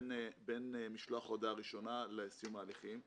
בין משלוח הודעה ראשונה לסיום ההליכים,